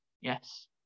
yes